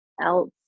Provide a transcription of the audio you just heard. else